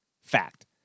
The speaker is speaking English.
Fact